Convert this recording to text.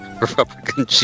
Republican